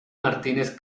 martínez